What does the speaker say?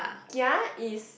gia is